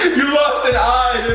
you lost an eye,